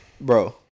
Bro